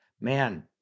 man